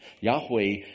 Yahweh